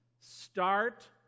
start